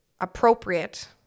appropriate